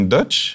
Dutch